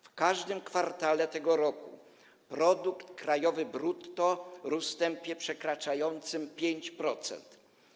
W każdym kwartale tego roku produkt krajowy brutto rósł w tempie przekraczającym 5%.